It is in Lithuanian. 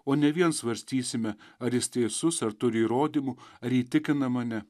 o ne vien svarstysime ar jis teisus ar turi įrodymų ar įtikina mane